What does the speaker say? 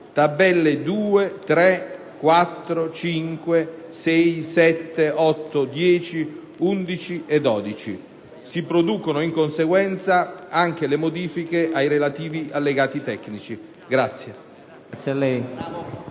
(Tabelle nn. 2, 3, 4, 5, 6, 7, 8, 10, 11 e 12). Si producono, in conseguenza, anche le modifiche ai relativi allegati tecnici.